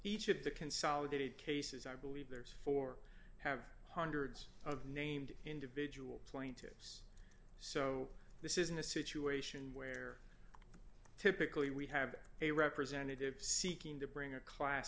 the consolidated cases i believe there's four have hundreds of named individual plaintiffs so this isn't a situation where typically we have a representative seeking to bring a class